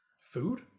food